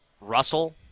Russell